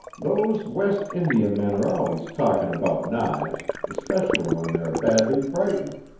those west india men are always talking about knives, especially when they are badly frightened.